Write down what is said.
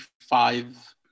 five